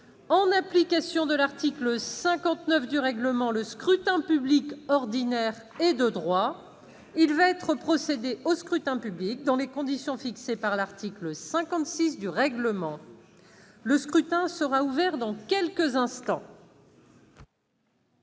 En application de l'article 59 du règlement, le scrutin public ordinaire est de droit. Il va y être procédé dans les conditions fixées par l'article 56 du règlement. Le scrutin est ouvert. Personne ne demande